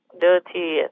dirty